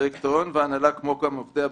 הדירקטוריון וההנהלה, כמו גם עובדי הבנק,